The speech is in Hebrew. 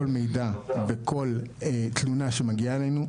כל מידע וכל תלונה שמגיעה אלינו,